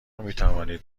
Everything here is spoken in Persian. میتوانید